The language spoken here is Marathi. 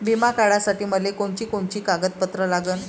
बिमा काढासाठी मले कोनची कोनची कागदपत्र लागन?